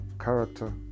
character